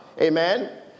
Amen